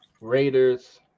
raiders